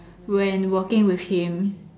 when working with him